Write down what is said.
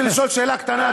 אני רוצה לשאול שאלה קטנה,